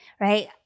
right